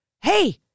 hey